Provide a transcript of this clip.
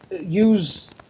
use